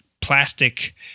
plastic